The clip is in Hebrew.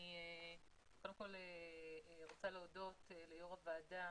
קודם כל אני רוצה להודות ליו"ר הוועדה.